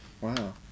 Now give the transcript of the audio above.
wow